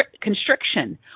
constriction